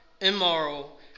immoral